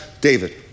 David